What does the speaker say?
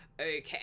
okay